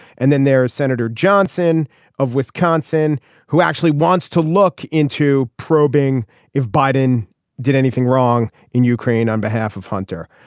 and then there is senator johnson of wisconsin who actually wants to look into probing if biden did anything wrong in ukraine on behalf of hunter